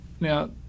Now